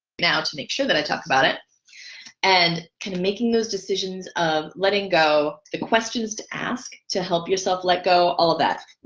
now to make sure that i talked about it and kinda making those decisions of letting go the questions to ask to help yourself. let go all of that